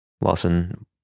Lawson